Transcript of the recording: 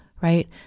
right